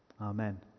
Amen